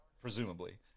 presumably